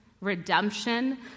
redemption